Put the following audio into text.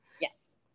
Yes